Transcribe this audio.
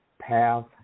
path